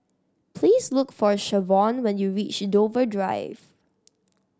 please look for Shavonne when you reach Dover Drive